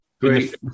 Great